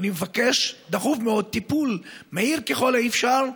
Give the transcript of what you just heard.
ואני מבקש דחוף מאוד טיפול מהיר ככל האפשר,